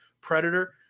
Predator